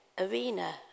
arena